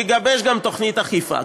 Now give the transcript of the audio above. יגבש גם תוכנית אכיפה.